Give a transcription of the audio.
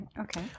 okay